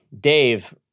Dave